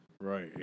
Right